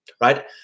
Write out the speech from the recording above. right